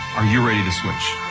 are you ready to switch?